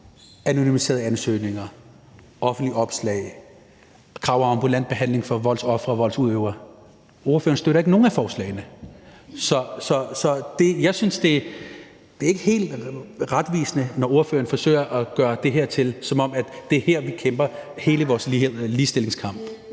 anonymiserede ansøgninger, offentlige opslag, krav om ambulant behandling for voldsofre og voldsudøvere, og ordføreren støtter ikke nogen af forslagene. Så jeg synes ikke, det er helt retvisende, når ordføreren forsøger at gøre det her til, at det er her, vi kæmper hele vores ligestillingskamp.